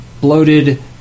bloated